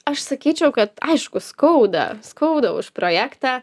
aš sakyčiau kad aišku skauda skauda už projektą